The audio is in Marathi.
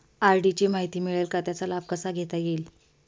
आर.डी ची माहिती मिळेल का, त्याचा लाभ कसा घेता येईल?